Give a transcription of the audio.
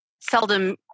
seldom